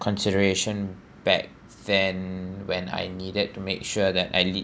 consideration back then when I needed to make sure that I lea~